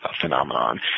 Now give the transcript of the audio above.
phenomenon